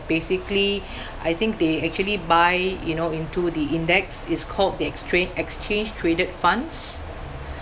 basically I think they actually buy you know into the index it's called the exchange exchange traded funds